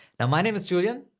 now my name is julian.